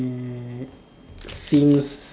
uh seems